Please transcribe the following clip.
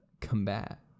combat